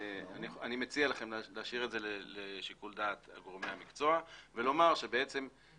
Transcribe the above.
אני מציע לכם להשאיר את זה לשיקול דעת גורמי המקצוע ולומר שההצבעה